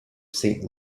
saint